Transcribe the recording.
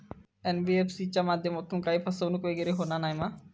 NBFC च्या माध्यमातून काही फसवणूक वगैरे होना नाय मा?